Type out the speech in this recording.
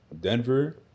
Denver